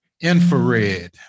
Infrared